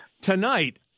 tonight